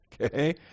Okay